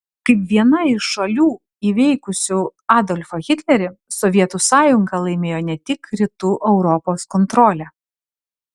kaip viena iš šalių įveikusių adolfą hitlerį sovietų sąjunga laimėjo ne tik rytų europos kontrolę